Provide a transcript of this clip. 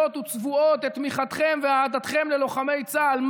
וצבועות את תמיכתכם ואהדתכם ללוחמי צה"ל,